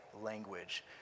language